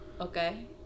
Okay